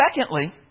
Secondly